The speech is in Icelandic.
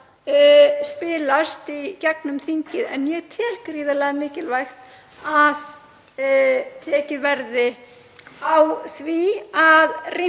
spilast í gegnum þingið. En ég tel gríðarlega mikilvægt að tekið verði á því að